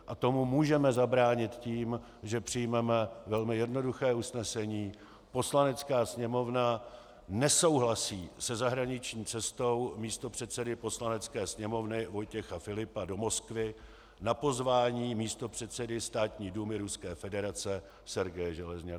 A tomu můžeme zabránit tím, že přijmeme velmi jednoduché usnesení: Poslanecká sněmovna nesouhlasí se zahraniční cestou místopředsedy Poslanecké sněmovny Vojtěcha Filipa do Moskvy na pozvání místopředsedy Státní dumy Ruské federace Sergeje Železňaka.